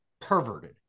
perverted